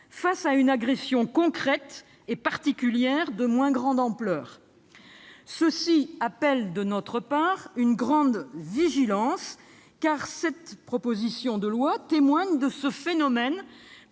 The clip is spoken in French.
face à une agression concrète et particulière de moins grande ampleur. Cela appelle de notre part une grande vigilance, car cette proposition de loi témoigne de ce phénomène,